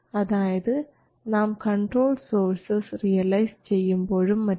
അതായത് നാം control sources realise ചെയ്യുമ്പോഴും മറ്റും